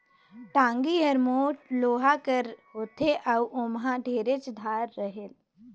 टागी हर मोट लोहा कर होथे अउ ओमहा ढेरेच धार रहेल